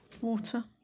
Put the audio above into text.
water